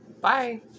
Bye